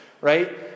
right